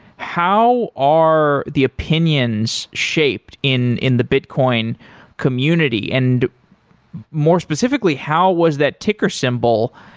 how are the opinions shaped in in the bitcoin community and more specifically, how was that ticker symbol,